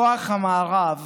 כוח המארב